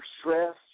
stress